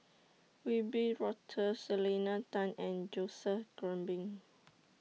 Wiebe Wolters Selena Tan and Joseph Grimberg